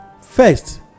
first